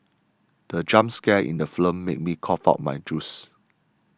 the jump scare in the film made me cough out my juice